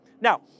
Now